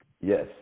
Yes